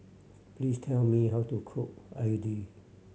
please tell me how to cook idly